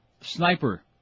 Sniper